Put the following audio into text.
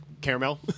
caramel